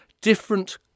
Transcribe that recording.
different